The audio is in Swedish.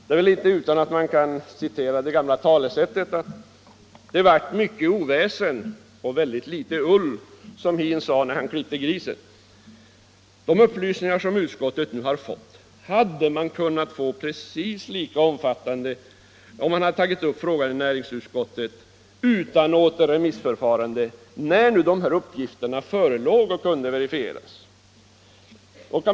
Det är inte utan att man kan citera det gamla talesättet: ”Mycket väsen och litet ull, sa han som klippte suggan.” De upplysningar som utskottet nu har fått hade man kunnat få — och de hade också blivit precis lika omfattande - om man hade tagit upp frågan i näringsutskottet utan något återremissförfarande, när uppgifterna förelåg och kunde verifieras.